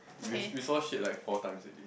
we we saw shit like four times already